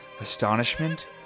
astonishment